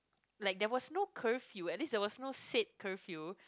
like there was no curfew at least there was no sit curfew